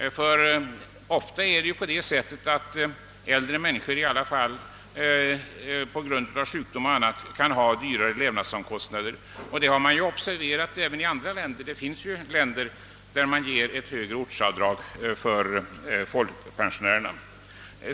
Ofta inträffar det att äldre människor på grund av sjukdom och annat har dyrare levnadskostnader än man kanske normalt brukar räkna med. Detta förhållande har observerats även i andra länder och det finns länder där högre ortsavdrag lämnas för folkpensionärerna.